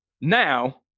now